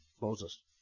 Moses